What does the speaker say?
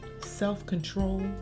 Self-control